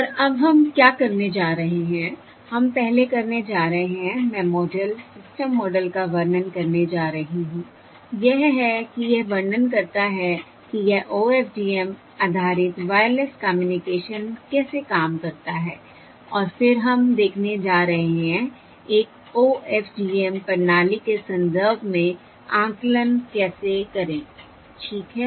और अब हम क्या करने जा रहे हैं हम पहले करने जा रहे हैं मैं मॉडल सिस्टम मॉडल का वर्णन करने जा रही हूं यह है कि यह वर्णन करता है कि यह OFDM आधारित वायरलेस कम्युनिकेशन कैसे काम करता है और फिर हम देखने जा रहे हैं एक OFDM प्रणाली के संदर्भ में आकलन कैसे करें ठीक है